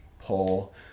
pull